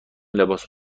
لباس